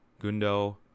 Gundo